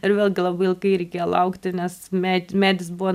ir vėlgi labai ilgai reikėjo laukti nes med medis buvo